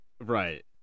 right